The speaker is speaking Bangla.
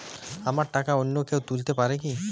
আমার টাকা অন্য কেউ তুলতে পারবে কি?